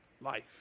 life